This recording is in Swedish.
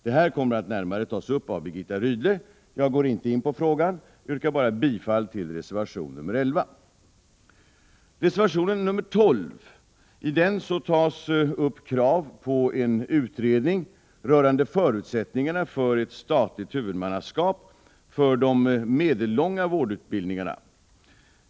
Frågan kommer att tas upp av Birgitta Rydle, varför jag inte går närmare in på den. Jag yrkar bara bifall till reservation 11. I reservation 12 tas upp krav på en utredning rörande förutsättningarna för ett statligt huvudmannaskap för de medellånga vårdutbildningarna.